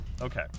okay